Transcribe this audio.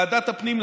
לוועדת הפנים,